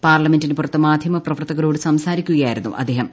പാർലമെന്റിനു പുറത്ത് മാധ്യമ പ്രവർത്തകരോട് സംസാരിക്കുകയായിരുന്നു അദ്ദേഹം